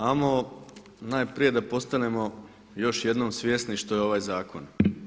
Ajmo najprije da postanemo još jednom svjesni što je ovaj zakon.